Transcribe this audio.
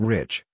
Rich